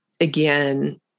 again